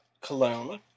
cologne